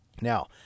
Now